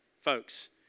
folks